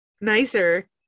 nicer